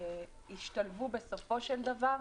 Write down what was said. השתלבו, בסופו של דבר,